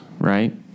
right